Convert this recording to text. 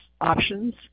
options